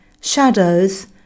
shadows